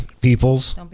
peoples